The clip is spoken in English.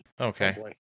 Okay